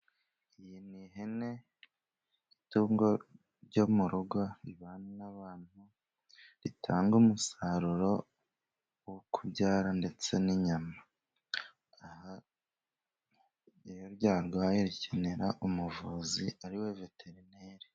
Iyi ni ihene itungo ryo mu rugo ribana n'abantu, ritanga umusaruro wo kubyara, ndetse n'inyama. Aha iyo ryarwaye rikenera umuvuzi ari we veterineri.